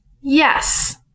Yes